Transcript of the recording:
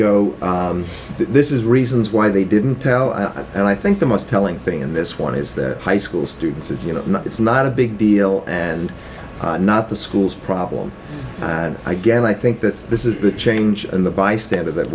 go this is reasons why they didn't tell i and i think the most telling thing in this one is that high school students and you know it's not a big deal and not the school's problem and again i think that this is the change in the bystander that